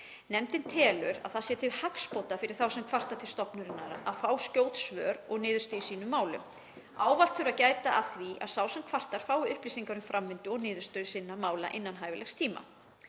Nefndin telur að það sé til hagsbóta fyrir þá sem kvarta til stofnunarinnar að fá skjót svör og niðurstöðu í sínum málum, ávallt þurfi að gæta að því að sá sem kvartar fái upplýsingar um framvindu og niðurstöðu sinna mála innan hæfilegs tíma.